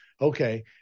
okay